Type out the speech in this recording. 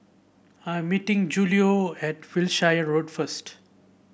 I'm meeting Julio at Wiltshire Road first